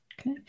Okay